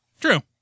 True